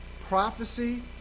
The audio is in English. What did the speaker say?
prophecy